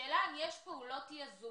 השאלה היא אם יש פעולות יזומות,